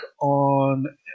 on